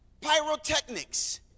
pyrotechnics